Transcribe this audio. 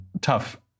tough